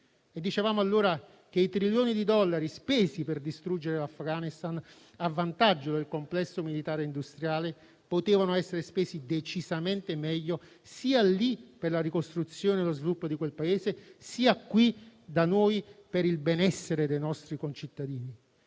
dicevamo allora che i trilioni di dollari spesi per distruggere l'Afghanistan a vantaggio del complesso militare-industriale potevano essere spesi decisamente meglio sia lì per la ricostruzione e lo sviluppo di quel Paese, sia qui da noi per il benessere dei nostri concittadini.